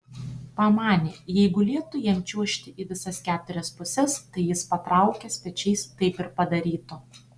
pamanė jeigu lieptų jam čiuožti į visas keturias puses tai jis patraukęs pečiais taip ir padarytų